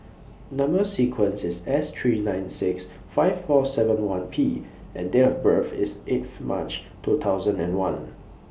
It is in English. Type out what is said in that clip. Number sequence IS S three nine six five four seven one P and Date of birth IS eighth March two thousand and one